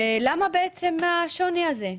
ולמה בעצם השוני הזה?